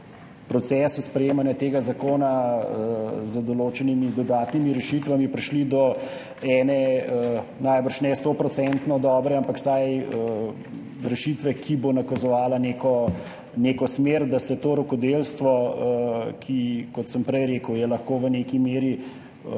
procesu sprejemanja tega zakona z določenimi dodatnimi rešitvami prišli do ene najbrž ne 100-odstotno dobre, ampak vsaj rešitve, ki bo nakazovala neko smer, da se to rokodelstvo, ki je lahko, kot sem prej rekel, v neki meri